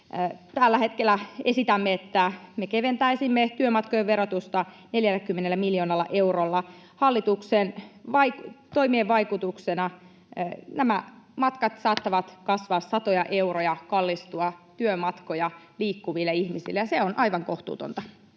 Tällä hetkellä esitämme, että me keventäisimme työmatkojen verotusta 40 miljoonalla eurolla. Hallituksen toimien vaikutuksena nämä matkat saattavat kasvaa satoja euroja, kallistua työmatkoja liikkuville ihmisille, ja se on aivan kohtuutonta.